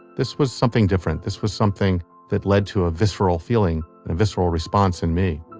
this was something different. this was something that led to a visceral feeling, and a visceral response in me